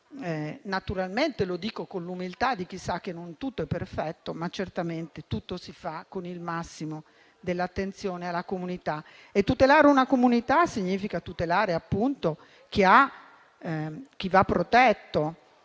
Naturalmente lo dico con l'umiltà di chi sa che non tutto è perfetto, ma certamente tutto si fa con il massimo dell'attenzione alla comunità, e tutelare una comunità significa tutelare, appunto, chi va protetto,